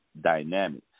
dynamic